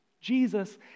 Jesus